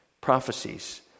prophecies